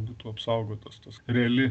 būtų apsaugotos tos reali